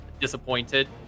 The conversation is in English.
Disappointed